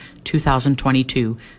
2022